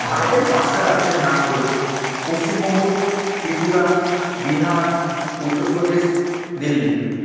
ভারতের পাঁচটা রাজ্যের নাম হল পশ্চিমবঙ্গ ত্রিপুরা বিহার উত্তর প্রদেশ দিল্লি